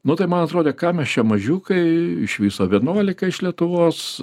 nu tai man atrodė ką mes čia mažiukai iš viso vienuolika iš lietuvos